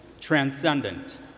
transcendent